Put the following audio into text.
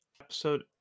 episode